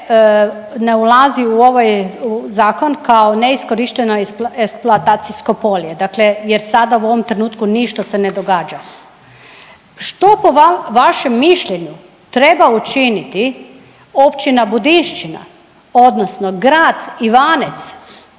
ne ulazi u ovaj zakon kao neiskorišteno eksploatacijsko polje dakle jer sada u ovom trenutku ništa se ne događa. Što po vašem mišljenju treba učiniti Općina Budinščina odnosno grad Ivanec